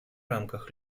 рамках